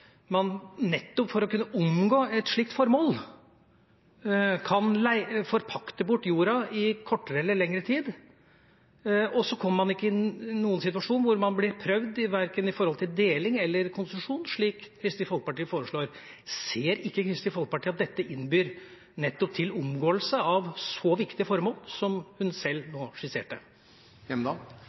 man, nettopp for å kunne omgå et slikt formål, kan forpakte bort jorda i kortere eller lengre tid, og så kommer man ikke i noen situasjon hvor man blir prøvd, verken når det gjelder deling, eller når det gjelder konsesjon, slik Kristelig Folkeparti foreslår? Ser ikke Kristelig Folkeparti at dette innbyr til nettopp omgåelse av så viktige formål som dem hun sjøl nå skisserte?